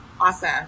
Awesome